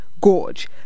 Gorge